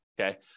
okay